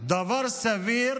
דבר סביר